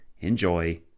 enjoy